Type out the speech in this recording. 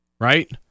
Right